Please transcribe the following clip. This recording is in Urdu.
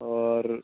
اور